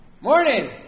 Morning